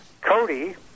Cody